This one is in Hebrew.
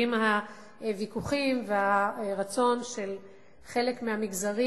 וידועים הוויכוחים והרצון של חלק מהמגזרים,